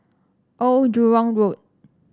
Old Jurong Road